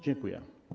Dziękuję.